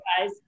guys